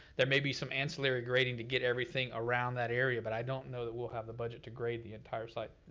there may be some ancillary grading to get everything around that area, but i don't know that we'll have the budget to grade the entire site.